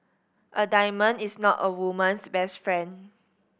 a diamond is not a woman's best friend